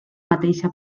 mateixa